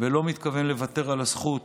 ולא מתכוון לוותר על הזכות